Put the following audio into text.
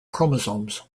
chromosomes